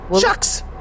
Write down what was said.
Shucks